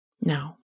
Now